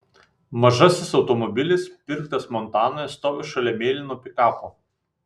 mažasis automobilis pirktas montanoje stovi šalia mėlyno pikapo